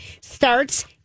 starts